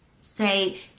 say